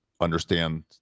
understand